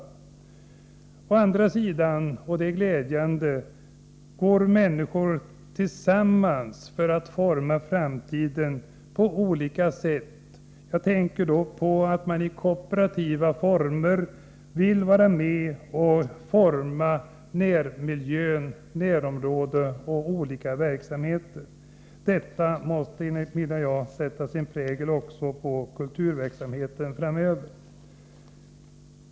Å andra sidan, och det är glädjande, går människor tillsammans för att forma framtiden på olika sätt. Jag tänker då på att man i kooperativa former vill vara med och forma närmiljö, närområde och olika verksamheter. Detta måste också sätta sin prägel på kulturverksamheten framöver.